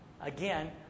again